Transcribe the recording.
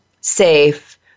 safe